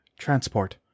Transport